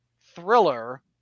thriller